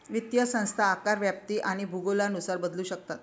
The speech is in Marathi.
वित्तीय संस्था आकार, व्याप्ती आणि भूगोलानुसार बदलू शकतात